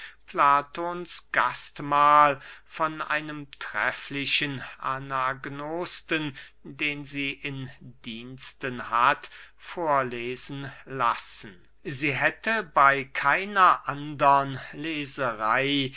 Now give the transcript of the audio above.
platons gastmahl von einem trefflichen anagnosten den sie in diensten hat vorlesen lassen sie hätte bey keiner andern leserey